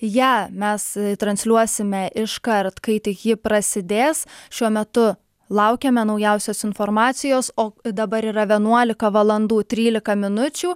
ją mes transliuosime iškart kai tik ji prasidės šiuo metu laukiame naujausios informacijos o dabar yra vienuolika valandų trylika minučių